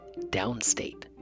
downstate